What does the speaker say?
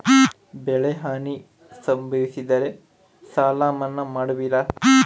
ಬೆಳೆಹಾನಿ ಸಂಭವಿಸಿದರೆ ಸಾಲ ಮನ್ನಾ ಮಾಡುವಿರ?